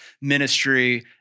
ministry